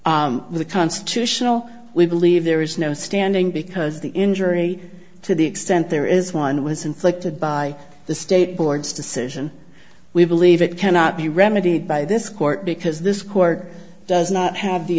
statutory the constitutional we believe there is no standing because the injury to the extent there is one was inflicted by the state board's decision we believe it cannot be remedied by this court because this court does not have the